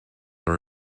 are